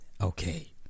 Okay